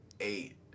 eight